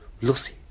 Lucy